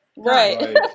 Right